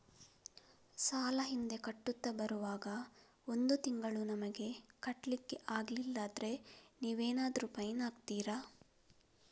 ಸಾಲ ಹಿಂದೆ ಕಟ್ಟುತ್ತಾ ಬರುವಾಗ ಒಂದು ತಿಂಗಳು ನಮಗೆ ಕಟ್ಲಿಕ್ಕೆ ಅಗ್ಲಿಲ್ಲಾದ್ರೆ ನೀವೇನಾದರೂ ಫೈನ್ ಹಾಕ್ತೀರಾ?